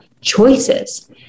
choices